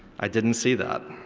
i didn't see that.